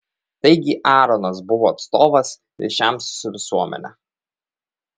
taigi aaronas buvo atstovas ryšiams su visuomene